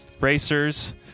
Racers